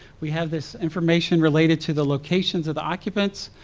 we have this information related to the locations of the occupants,